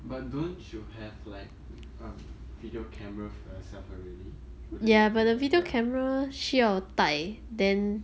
but don't you have like um video camera for yourself already wouldn't it be better